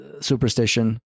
superstition